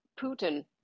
Putin